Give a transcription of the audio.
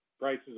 prices